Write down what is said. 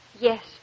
Yes